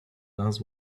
does